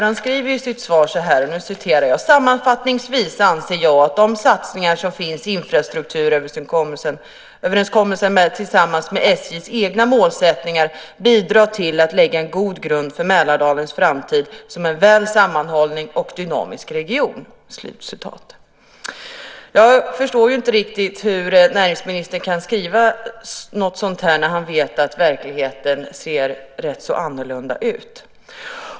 Han sade i sitt svar: "Sammanfattningsvis anser jag att de satsningar som finns i infrastrukturöverenskommelsen tillsammans med SJ:s egna målsättningar bidrar till att lägga en god grund för Mälardalens framtid som en väl sammanhållen och dynamisk region." Jag förstår inte riktigt hur näringsministern kan säga något sådant när han vet att verkligheten ser annorlunda ut.